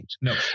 no